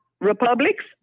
Republics